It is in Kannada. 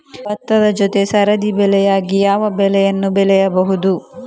ಭತ್ತದ ಜೊತೆ ಸರದಿ ಬೆಳೆಯಾಗಿ ಯಾವ ಬೆಳೆಯನ್ನು ಬೆಳೆಯಬಹುದು?